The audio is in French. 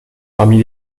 parmi